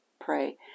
pray